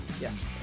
Yes